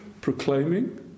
Proclaiming